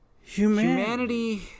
Humanity